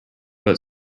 but